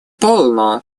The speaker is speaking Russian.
полно